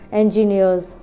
engineers